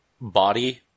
body